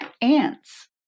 ants